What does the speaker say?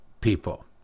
people